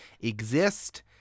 exist